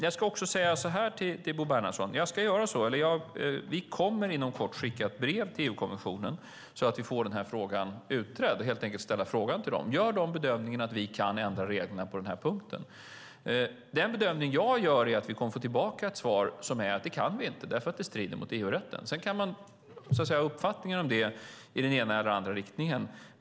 Jag ska också säga till Bo Bernhardsson att vi inom kort kommer att skicka ett brev till EU-kommissionen och helt enkelt ställa frågan till dem, så att vi får den utredd. Gör de bedömningen att vi kan ändra reglerna på denna punkt? Den bedömning jag gör är att vi kommer att få tillbaka ett svar som säger att vi inte kan det eftersom det strider mot EU-rätten. Sedan kan man ha uppfattningar om detta i den ena eller den andra riktningen.